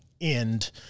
end